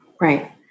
Right